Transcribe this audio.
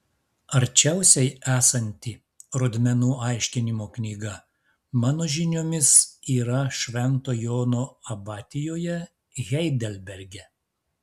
arčiausiai esanti rodmenų aiškinimo knyga mano žiniomis yra švento jono abatijoje heidelberge